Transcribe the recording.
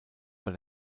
bei